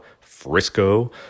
Frisco